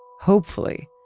hopefully,